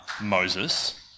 Moses